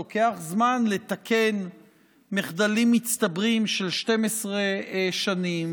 לוקח זמן לתקן מחדלים מצטברים של 12 שנים,